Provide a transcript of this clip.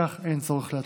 על כך אין צורך להצביע.